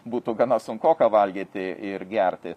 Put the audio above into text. būtų gana sunkoka valgyti ir gerti